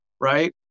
right